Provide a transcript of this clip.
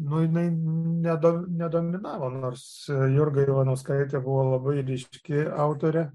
nu jinai nedo nedominavo nors jurga ivanauskaitė buvo labai ryški autorė